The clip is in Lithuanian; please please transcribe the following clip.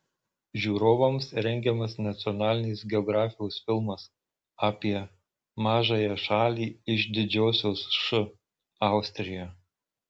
žiūrovams rengiamas nacionalinės geografijos filmas apie mažąją šalį iš didžiosios š austriją